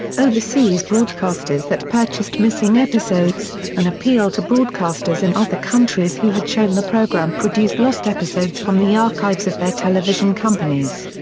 overseas broadcasters that purchased missing episodes an appeal to broadcasters in other countries who had shown the programme produced lost episodes from the archives of their television television companies.